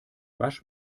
wasch